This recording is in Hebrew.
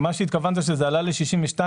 מה שהתכוונת שזה עלה ל-62,